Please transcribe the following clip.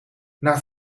naar